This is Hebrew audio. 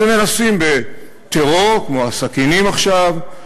אז הם מנסים בטרור, כמו הסכינים עכשיו,